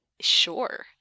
sure